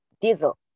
diesel